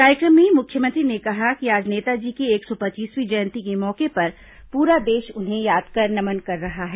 कार्यक्रम में मुख्यमंत्री ने कहा कि आज नेताजी की एक सौ पच्चीसवीं जयंती के मौके पर पूरा देश उन्हें याद कर नमन कर रहा है